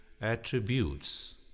attributes